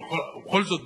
ובכל זאת,